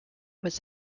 was